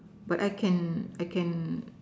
but I can I can